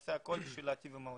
ונעשה הכול כדי להיטיב עם העולים.